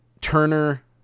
Turner